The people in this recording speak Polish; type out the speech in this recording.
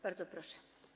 Bardzo proszę.